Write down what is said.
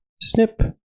snip